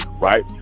right